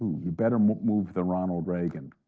you better move move the ronald reagan.